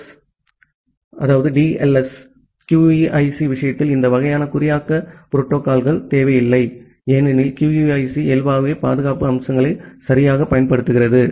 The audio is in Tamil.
எஸ் QUIC விஷயத்தில் இந்த வகையான குறியாக்க புரோட்டோகால்கள் தேவையில்லை ஏனெனில் QUIC இயல்பாகவே பாதுகாப்பு அம்சங்களை சரியாகப் பயன்படுத்துகிறது